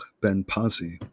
Ben-Pazi